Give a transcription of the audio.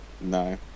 No